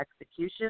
execution